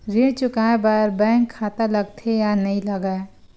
ऋण चुकाए बार बैंक खाता लगथे या नहीं लगाए?